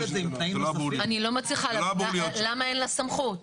אני לא מצליחה להבין, למה אין לה סמכות?